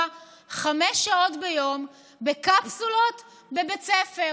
חמש שעות ביום בקפסולות בבית הספר,